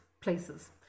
places